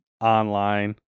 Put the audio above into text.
online